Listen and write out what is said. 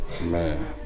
Man